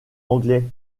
anglais